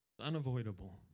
Unavoidable